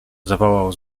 zawołał